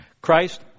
Christ